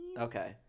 Okay